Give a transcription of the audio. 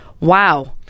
wow